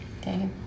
Okay